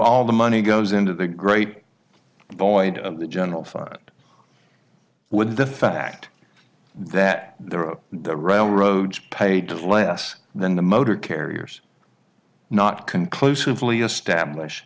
all the money goes into the great void of the general fund with the fact that there are the railroads paid less than the motor carriers not conclusively establish